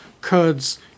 Kurds